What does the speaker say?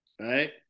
right